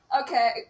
Okay